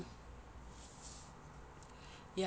ya and our going to bedtime working in the morning tomorrow